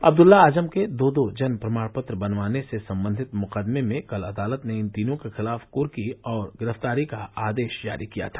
अब्दुल्ला आजम के दो दो जन्म प्रमाण पत्र बनवाने से संबंधित मुकदमे में कल अदालत ने इन तीनों के खिलाफ क्की और गिरफ्तारी का आदेश जारी किया था